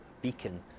beacon